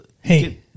Hey